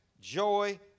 joy